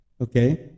Okay